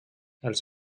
els